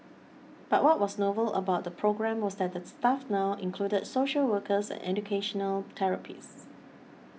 but what was novel about the programme was that the staff now included social workers and educational therapists